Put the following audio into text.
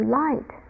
light